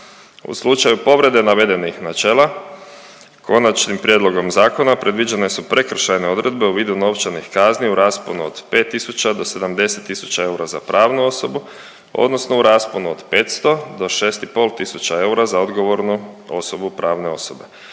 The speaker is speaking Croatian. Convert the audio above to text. U slučaju povrede navedenih načela, konačni prijedlogom zakona predviđene su prekršajne odredbe u vidu novčanih kazni u rasponu od 5 tisuća do 70 tisuća eura za pravnu osobu, odnosno u rasponu od 500 do 6,5 tisuća eura za odgovornu osobu pravne osobe.